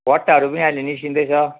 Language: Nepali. गट्टाहरू पनि अहिले निस्किँदैछ